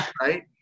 right